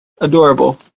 adorable